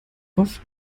oft